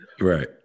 Right